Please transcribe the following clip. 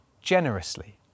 generously